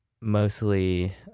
mostly